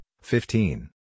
fifteen